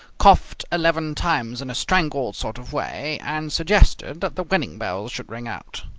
coughed eleven times in a strangled sort of way, and suggested that the wedding bells should ring out.